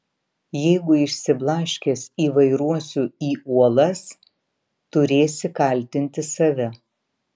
jeigu išsiblaškęs įvairuosiu į uolas turėsi kaltinti save